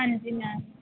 ਹਾਂਜੀ ਮੈਮ